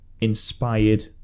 inspired